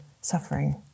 suffering